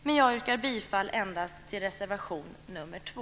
Men jag yrkar bifall endast till reservation nr 2.